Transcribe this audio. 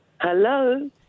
Hello